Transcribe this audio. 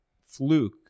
fluke